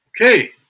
Okay